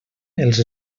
els